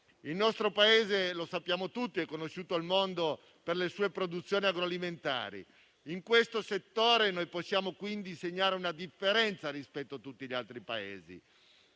il nostro Paese è conosciuto nel mondo per le sue produzioni agroalimentari. In questo settore noi possiamo quindi segnare una differenza rispetto a tutti gli altri Paesi.